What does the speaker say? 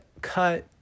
cut